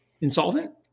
insolvent